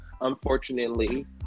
unfortunately